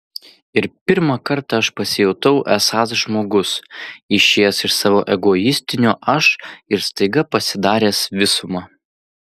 ir pirmą kartą aš pasijutau esąs žmogus išėjęs iš savo egoistinio aš ir staiga pasidaręs visuma